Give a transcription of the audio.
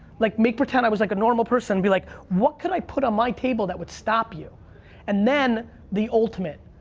like make pretend like i was like a normal person. be like, what could i put on my table that would stop you and then, the ultimate.